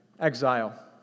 exile